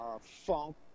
funk